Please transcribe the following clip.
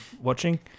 watching